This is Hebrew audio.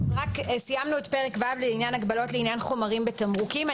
סיימנו פרק ו' לעניין הגבלות לעניין חומרים בתמרוקים.